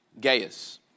Gaius